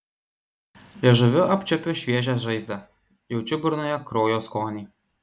liežuviu apčiuopiu šviežią žaizdą jaučiu burnoje kraujo skonį